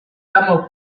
armour